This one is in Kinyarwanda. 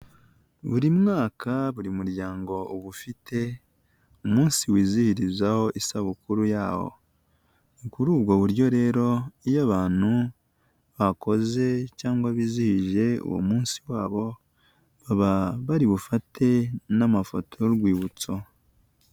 Buri mwaka buri muryango uba ufite umunsi wizihirizaho isabukuru yawo, ni kuri ubwo buryo rero, iyo abantu bakoze cyangwa bizihije uwo munsi wabo baba bari bufate n'amafoto y'urwibutso.